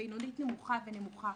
בינונית-נמוכה ונמוכה.